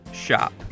Shop